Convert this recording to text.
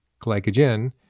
glycogen